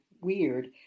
weird